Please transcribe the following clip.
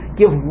give